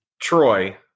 Troy